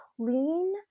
clean